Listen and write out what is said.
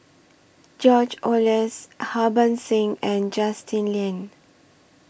George Oehlers Harbans Singh and Justin Lean